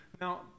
Now